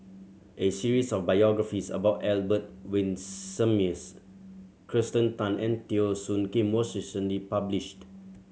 a series of biographies about Albert Winsemius Kirsten Tan and Teo Soon Kim was recently published